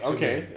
Okay